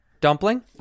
Dumpling